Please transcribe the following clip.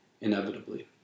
inevitably